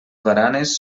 baranes